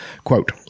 Quote